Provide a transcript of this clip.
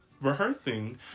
rehearsing